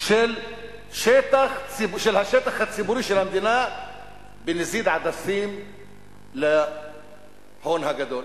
של השטח הציבורי במדינה בנזיד עדשים להון הגדול.